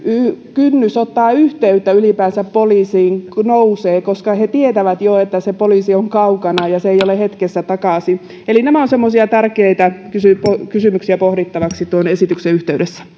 kynnys ylipäänsä ottaa yhteyttä poliisiin nousee koska he tietävät jo että poliisi on kaukana ja ei ole hetkessä takaisin eli nämä ovat sellaisia tärkeitä kysymyksiä pohdittavaksi tuon esityksen yhteydessä